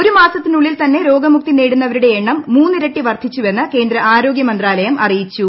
ഒരു മാസത്തിനുള്ളിൽ തന്നെ രോഗമുക്തി നേടുന്നവരുടെ എണ്ണം മൂന്നിരട്ടി വർധിച്ചുവെന്ന് കേന്ദ്ര ആരോഗ്യ മന്ത്രാലയം അറിയിച്ചു